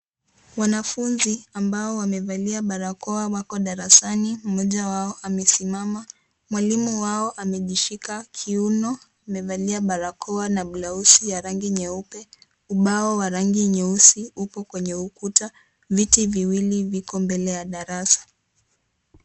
Wanafunzi ambao wamevalia barakoa wako darasani mmoja wao amesimama mwalimu wao amejishika kiuno amevalia barakoa na blauzi ya rangi nyeupe. Ubao wa rangi nyeusi upo kwenye ukuta, viti viwili viko mbele ya darasa.